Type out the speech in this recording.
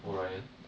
orion